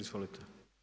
Izvolite.